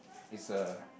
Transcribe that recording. it's a